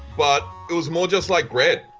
but it was more just like bread.